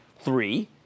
Three